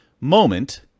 moment